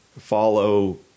follow